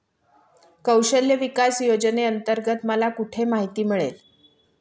कौशल्य विकास योजनेअंतर्गत मला कुठे माहिती मिळेल?